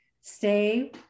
stay